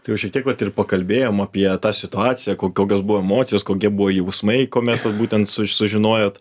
tai jau šiek tiek vat ir pakalbėjom apie tą situaciją ko kokios buvo emocijos kokie buvo jausmai kuomet būtent suž sužinojot